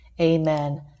Amen